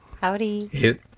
howdy